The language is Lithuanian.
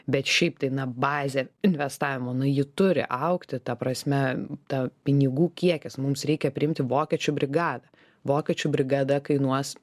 bet šiaip tai na bazė investavimo nu ji turi augti ta prasme ta pinigų kiekis mums reikia priimti vokiečių brigadą vokiečių brigada kainuos